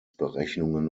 berechnungen